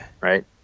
right